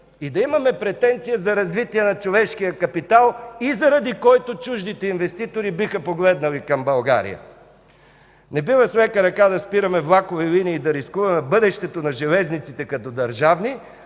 и да имаме претенции за развитие на човешкия капитал, заради който чуждите инвеститори биха погледнали към България. Не бива с лека ръка да спираме влакови линии и да рискуваме бъдещето на железниците като държавни,